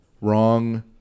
wrong